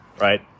right